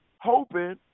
hoping